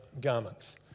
garments